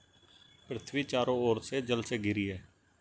पृथ्वी चारों ओर से जल से घिरी है